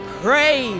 pray